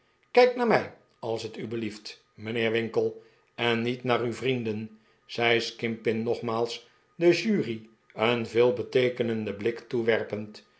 kijk naar mij als t u belieft mijnheer winkle en niet naar uw vrienden zei skimpin nogmaals de jury een veelbeteekenenden blik toewerpend